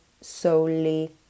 solely